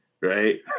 right